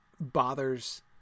bothers